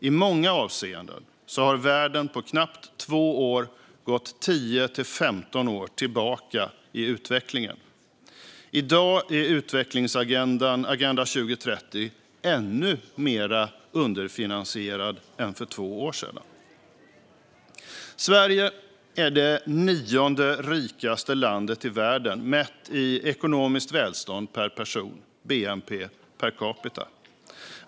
I många avseenden har världen på knappt två år gått 10-15 år tillbaka i utvecklingen. I dag är utvecklingsagendan Agenda 2030 ännu mer underfinansierad än för två år sedan. Sverige är det nionde rikaste landet i världen mätt i ekonomiskt välstånd per person, bnp per capita.